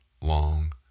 long